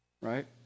right